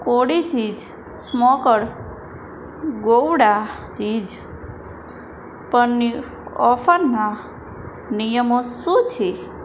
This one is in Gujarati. કોડી ચીઝ સ્મોકળ ગોઉળા ચીઝ પરની ઓફરના નિયમો શું છે